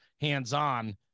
hands-on